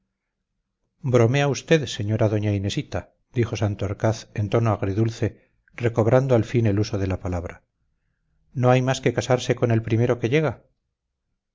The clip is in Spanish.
bromea usted señora doña inesita dijo santorcaz en tono agri dulce recobrando al fin el uso de la palabra no hay más que casarse con el primero que llega